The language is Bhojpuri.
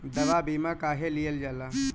दवा बीमा काहे लियल जाला?